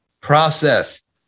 process